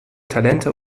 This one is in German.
talente